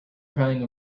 crying